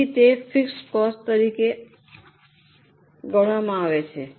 તેથી તે fixed cost તરીકે આવે છે